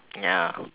ya